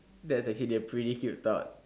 that's actually a pretty cute thought